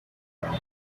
browne